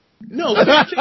No